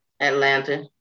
Atlanta